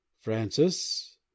francis